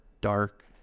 dark